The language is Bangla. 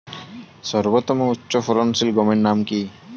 সর্বতম উচ্চ ফলনশীল গমের নাম কি?